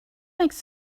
makes